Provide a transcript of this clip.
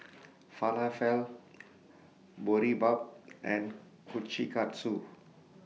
Falafel Boribap and Kushikatsu